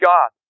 God